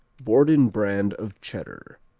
borden brand of cheddar.